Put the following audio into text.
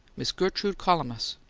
miss gertrude collamus.